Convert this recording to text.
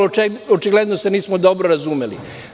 Očigledno se nismo dobro razumeli.